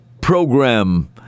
program